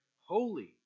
Holy